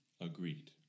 Agreed